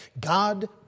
God